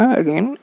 again